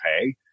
pay